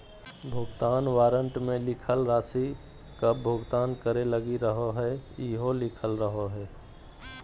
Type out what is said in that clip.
भुगतान वारन्ट मे लिखल राशि कब भुगतान करे लगी रहोहाई इहो लिखल रहो हय